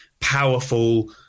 powerful